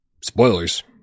Spoilers